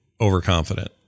overconfident